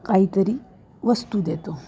काहीतरी वस्तू देतो